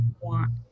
want